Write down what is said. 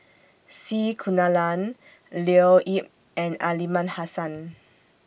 C Kunalan Leo Yip and Aliman Hassan